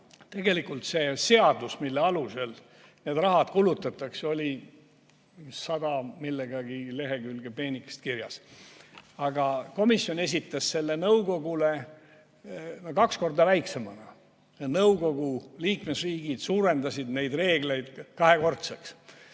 tegelikult see seadus, mille alusel neid rahasid kulutatakse, oli 100 millegagi lehekülge peenikeses kirjas, aga komisjon esitas selle nõukogule kaks korda väiksemana. Nõukogu liikmesriigid paisutasid need reeglid kahekordseks.